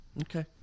Okay